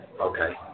Okay